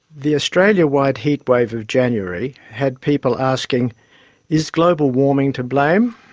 the australia-wide heat wave of january had people asking is global warming to blame?